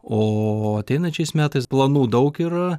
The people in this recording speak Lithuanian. o ateinančiais metais planų daug yra